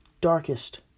darkest